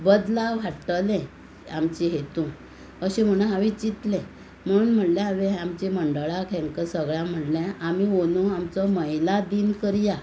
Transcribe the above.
बदलाव हाडटलें आमचे हेतून अशें म्हुणू हावें चिंतलें म्हुणू म्हणलें हांवें आमचे मंडळाक हांकां सगळ्यांक म्हणलें आमी अंदू आमचो महिला दीन करया